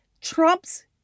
Trump's